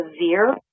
severe